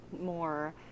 more